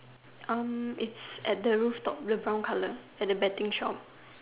um it's at the roof top the brown color at the betting shop